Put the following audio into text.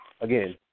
again